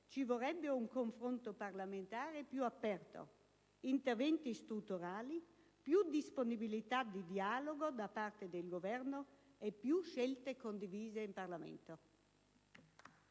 ci vorrebbe un confronto parlamentare più aperto, interventi strutturali, più disponibilità al dialogo da parte del Governo e più scelte condivise in Parlamento.